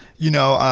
you know,